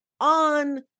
on